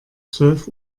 zwölf